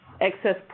excess